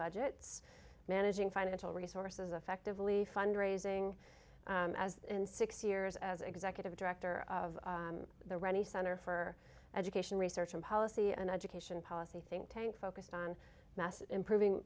budgets managing financial resources effectively fund raising as in six years as executive director of the ronnie center for education research and policy and education policy think tank focused on mass improving